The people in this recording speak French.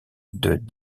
des